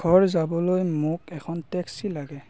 ঘৰ যাবলৈ মোক এখন টেক্সি লাগে